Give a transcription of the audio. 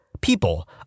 People